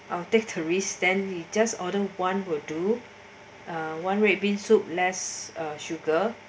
I will take tourists then we just order one will do one red bean soup less sugar